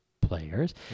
players